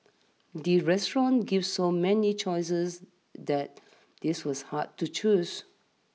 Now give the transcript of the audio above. the restaurant gave so many choices that this was hard to choose